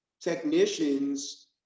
technicians